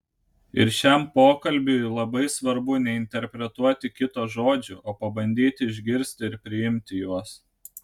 ir šiam pokalbiui labai svarbu neinterpretuoti kito žodžių o pabandyti išgirsti ir priimti juos